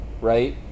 right